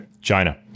china